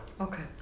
okay